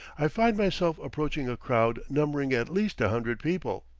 i find myself approaching a crowd numbering at least a hundred people.